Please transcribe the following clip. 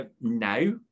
now